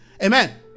Amen